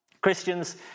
Christians